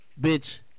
bitch